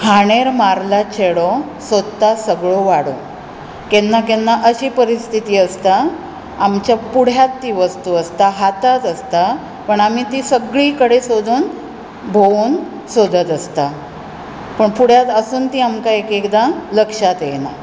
हांडेर मारला चेडो सोदता सगळो वाडो केन्ना केन्ना अशी परिस्थिती आसता आमच्या पुड्यांत ती वस्तू आसता हातांत आसता पण आमी ती सगळी कडेन सोदून भोंवून सोदत आसतात पूण पुड्यांत आसून ती आमकां एकएकदां लक्षांत येना